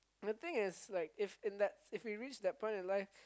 the thing is like if in that if we reach the point in life